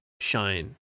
shine